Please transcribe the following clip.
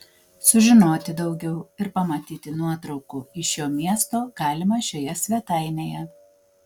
sužinoti daugiau ir pamatyti nuotraukų iš šio miesto galima šioje svetainėje